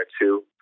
two